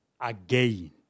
again